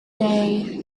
day